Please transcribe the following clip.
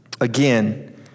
again